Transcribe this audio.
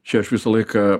čia aš visą laiką